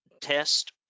test